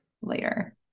later